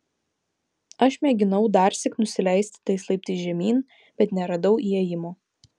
aš mėginau darsyk nusileisti tais laiptais žemyn bet neradau įėjimo